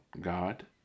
God